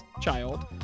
child